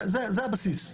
זה הבסיס.